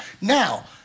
Now